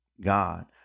God